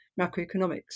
macroeconomics